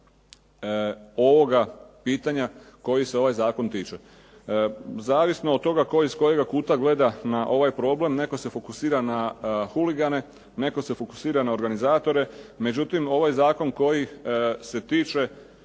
ovoga pitanja kojih se ovaj zakon tiče. Zavisno od toga tko iz kojega kuta gleda na ovaj problem netko se fokusira na huligane, netko se fokusira na organizatore. Međutim, ovaj zakon koji se tiče,